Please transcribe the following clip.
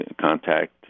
contact